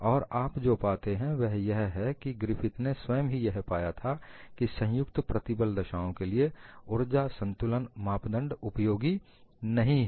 और आप जो पाते हैं वह यह है कि ग्रिफिथ ने स्वयं ही यह पाया था कि संयुक्त प्रतिबल दशाओं के लिए ऊर्जा संतुलन मापदंड उपयोगी नहीं है